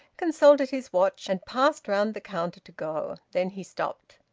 consulted his watch and passed round the counter to go. then he stopped.